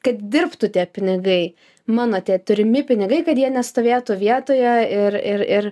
kad dirbtų tie pinigai mano tie turimi pinigai kad jie nestovėtų vietoje ir ir ir